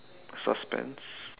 suspense